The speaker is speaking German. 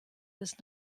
bis